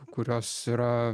kurios yra